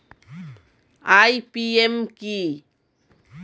IPM কি?